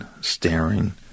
staring